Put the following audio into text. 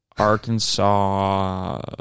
Arkansas